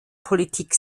politik